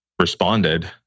responded